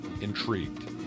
Intrigued